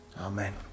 Amen